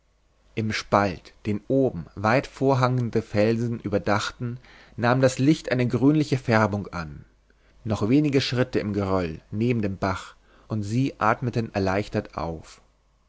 im spalt den oben weit vorhangende felsen überdachten nahm das licht eine grünliche färbung an noch wenige schritte im geröll neben dem bach und sie atmeten erleichtert auf